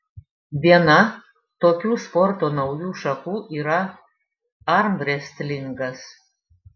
viena tokių sporto naujų šakų yra armrestlingas